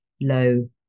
low